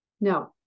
No